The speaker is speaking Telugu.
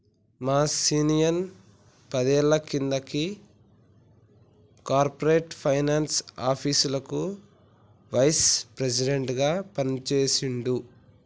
మా సిన్నాయిన పదేళ్ల కింద గీ కార్పొరేట్ ఫైనాన్స్ ఆఫీస్లకి వైస్ ప్రెసిడెంట్ గా పనిజేసిండు